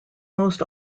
most